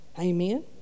Amen